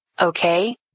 okay